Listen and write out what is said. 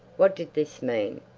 what did this mean?